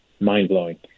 mind-blowing